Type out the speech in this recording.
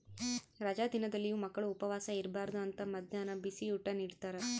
ರಜಾ ದಿನದಲ್ಲಿಯೂ ಮಕ್ಕಳು ಉಪವಾಸ ಇರಬಾರ್ದು ಅಂತ ಮದ್ಯಾಹ್ನ ಬಿಸಿಯೂಟ ನಿಡ್ತಾರ